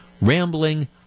rambling